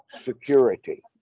security